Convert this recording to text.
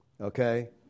okay